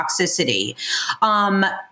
toxicity